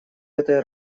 этой